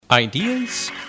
Ideas